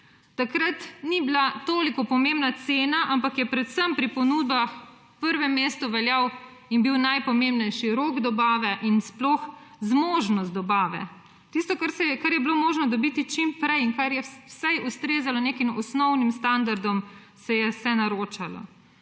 Takrat ni bila toliko pomembna cena, ampak je predvsem pri ponudbah na prvem mestu veljal in bil najpomembnejši rok dobave in sploh zmožnost dobave. Tisto, kar je bilo možno dobiti čim prej in kar je vsaj ustrezalo nekim osnovnim standardom, se je vse naročalo.